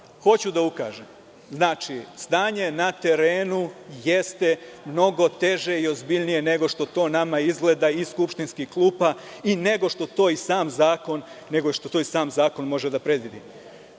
Hoću da ukažem. Znači, stanje na terenu jeste mnogo teže i ozbiljnije nego što to nama izgleda iz skupštinskih klupa i nego što to i sam zakon može da predvidi. Ukazao